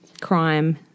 crime